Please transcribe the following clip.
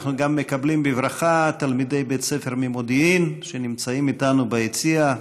אנחנו גם מקבלים בברכה תלמידי בית ספר ממודיעין שנמצאים איתנו ביציע.